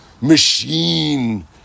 machine